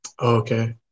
Okay